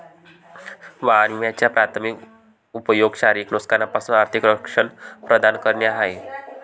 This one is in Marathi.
वाहन विम्याचा प्राथमिक उपयोग शारीरिक नुकसानापासून आर्थिक संरक्षण प्रदान करणे हा आहे